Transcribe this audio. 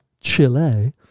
Chile